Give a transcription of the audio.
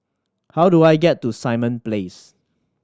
how do I get to Simon Place